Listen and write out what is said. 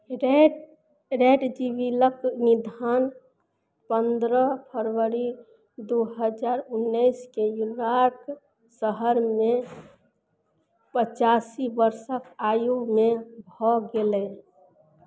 red रैडजीविलक निधन पन्द्रह फरवरी दू हजार उनैसके न्यायार्क शहरमे पचासी वर्षक आयुमे भऽ गेलय